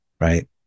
right